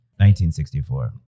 1964